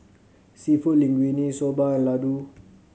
Seafood Linguine Soba and Ladoo